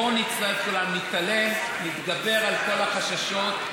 בואו נצעד כולם, נתעלם, נתגבר על כל החששות.